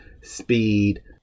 speed